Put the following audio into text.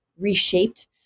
reshaped